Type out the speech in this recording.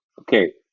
Okay